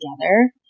together